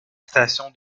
station